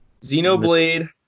Xenoblade